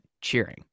cheering